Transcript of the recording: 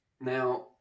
Now